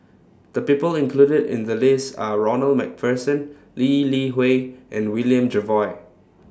The People included in The list Are Ronald MacPherson Lee Li Hui and William Jervois